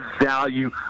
value